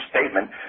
statement